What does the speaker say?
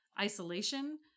Isolation